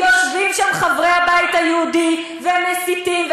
יושבים שם חברי הבית היהודי, והם מסיתים.